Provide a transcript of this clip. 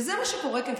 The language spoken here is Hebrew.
וזה מה שקורה כאן.